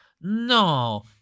no